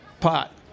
pot